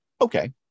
Okay